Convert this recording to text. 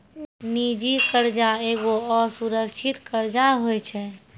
निजी कर्जा एगो असुरक्षित कर्जा होय छै